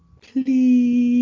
Please